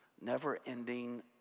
never-ending